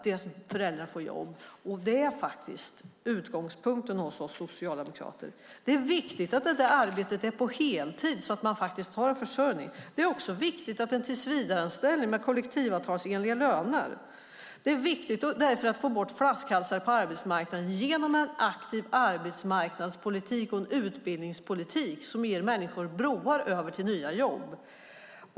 Detta är utgångspunkten för oss socialdemokrater. Det är viktigt att detta arbete är på heltid, så att man faktiskt har en försörjning. Det är också viktigt att det är en tillsvidareanställning med kollektivavtalsenlig lön. Det är därför viktigt att få bort flaskhalsar på arbetsmarknaden, genom en aktiv arbetsmarknadspolitik och en utbildningspolitik som ger människor broar över till nya jobb.